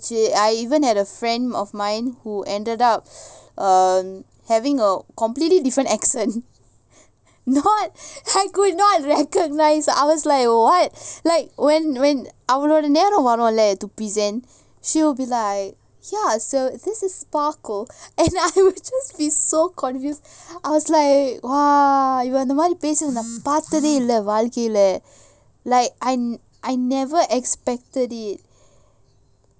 I even had a friend of mine who ended up having a completely different accent not I could not recognise I was like அவளோடநேரம்வரும்ல:avaloda neram varumla to present she will be like ya oh so this is sparkle and I will be just like so confused I was like !wah! you are the one அவஇந்தமாதிரிபேசுனதபார்த்ததேஇல்லவாழ்க்கைல:ava indha madhiri pesunatha parthathe illa valkaila like I I never expected it